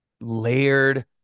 layered